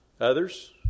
Others